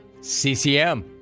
CCM